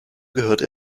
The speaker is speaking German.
gehörte